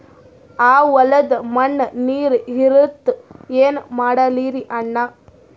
ಆ ಹೊಲದ ಮಣ್ಣ ನೀರ್ ಹೀರಲ್ತು, ಏನ ಮಾಡಲಿರಿ ಅಣ್ಣಾ?